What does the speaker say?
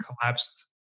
collapsed